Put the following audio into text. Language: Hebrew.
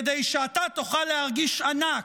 כדי שאתה תוכל להרגיש ענק,